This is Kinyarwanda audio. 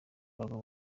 abagabo